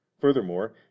Furthermore